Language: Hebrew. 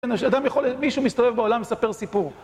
אדם יכול, מי שמסתובב בעולם, מספר סיפור.